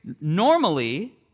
normally